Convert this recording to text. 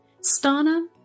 Stana